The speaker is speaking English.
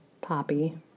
Poppy